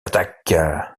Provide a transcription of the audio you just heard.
attaquent